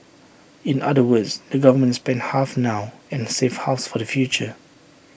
in other words the government spends half now and saves half for the future